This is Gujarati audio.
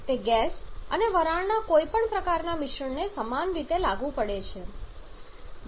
જો કે તે ગેસ અને વરાળના કોઈપણ પ્રકારના મિશ્રણને સમાન રીતે લાગુ પડે છે